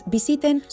Visiten